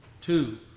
Two